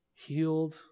healed